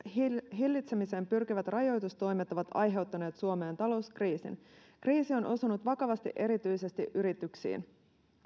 hillitsemiseen pyrkivät rajoitustoimet ovat aiheuttaneet suomeen talouskriisin kriisi on osunut vakavasti erityisesti yrityksiin